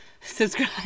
subscribe